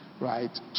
right